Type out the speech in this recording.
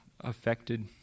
affected